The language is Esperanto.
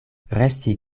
resti